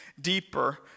deeper